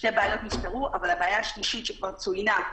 לבעיה השלישית, שכבר צוינה,